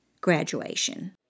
graduation